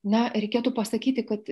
na reikėtų pasakyti kad